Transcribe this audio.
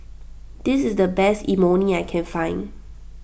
this is the best Imoni I can find